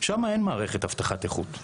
שם אין מערכת אבטחת איכות.